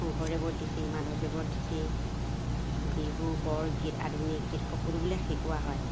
শংকৰদেৱৰ তিথি মাধৱদেৱৰ তিথি বিহু বৰগীত আধুনিক গীত সকলোবিলাক শিকোৱা হয়